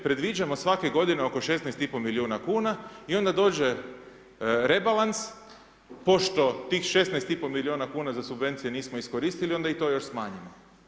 Predviđamo svake godine oko 16 i pol milijuna kuna i onda dođe rebalans pošto tih 16 i pol milijuna kuna za subvencije nismo iskoristili onda i to još smanjimo.